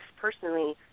personally